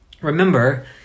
remember